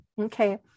okay